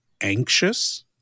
anxious